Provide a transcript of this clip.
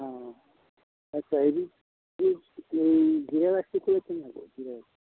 অঁ আচ্ছা হেৰি এই জিৰা ৰাইছটো দিলে কেনে হ'ব জিৰা ৰাইছ